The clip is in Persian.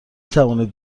توانید